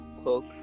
cloak